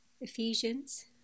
Ephesians